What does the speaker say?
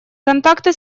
контакты